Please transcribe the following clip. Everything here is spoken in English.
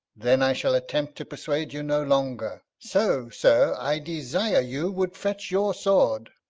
then i shall attempt to persuade you no longer so, sir, i desire you would fetch your sword.